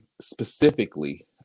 specifically